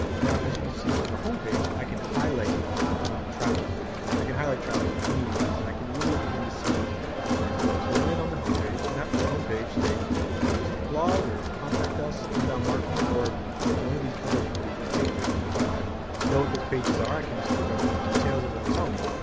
now, as you can see from the homepage, i can highlight traffic through here. i can highlight traffic through any one of these, and i can really begin to see what their flow is. so, they land on the homepage and after they homepage, they either visit the blog or contact us, inbound marketing or one of these other forty three pages and if i wanna know what those pages are, i can just click on group details and it'll tell me.